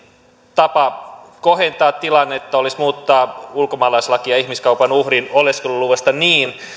tapa kohentaa tilannetta olisi muuttaa ulkomaalaislakia ihmiskaupan uhrin oleskeluluvasta niin